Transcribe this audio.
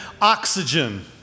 oxygen